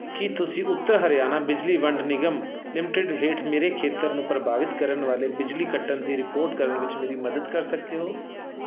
ਕੀ ਤੁਸੀਂ ਉੱਤਰ ਹਰਿਆਣਾ ਬਿਜਲੀ ਵੰਡ ਨਿਗਮ ਲਿਮਟਿਡ ਹੇਠ ਮੇਰੇ ਖੇਤਰ ਨੂੰ ਪ੍ਰਭਾਵਿਤ ਕਰਨ ਵਾਲੇ ਬਿਜਲੀ ਕੱਟਣ ਦੀ ਰਿਪੋਰਟ ਕਰਨ ਵਿੱਚ ਮੇਰੀ ਮਦਦ ਕਰ ਸਕਦੇ ਹੋ